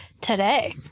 today